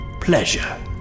pleasure